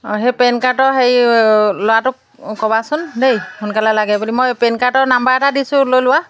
সেই পেন কাৰ্ডৰ হেৰি ল'ৰাটোক ক'বাচোন দেই সোনকালে লাগে বুলি মই পেন কাৰ্ডৰ নম্বৰ এটা দিছোঁ লৈ লোৱা